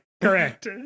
correct